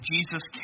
Jesus